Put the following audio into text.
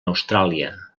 austràlia